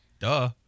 Duh